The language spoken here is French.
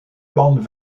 bandes